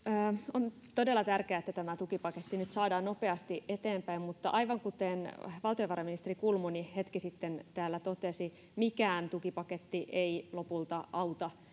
on todella tärkeää että tämä tukipaketti nyt saadaan nopeasti eteenpäin mutta aivan kuten valtiovarainministeri kulmuni hetki sitten täällä totesi mikään tukipaketti ei lopulta auta